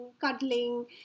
cuddling